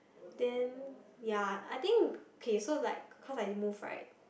then ya I think okay so like cause I didn't move right